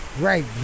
Right